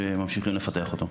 שממשיכים לפתח אותו.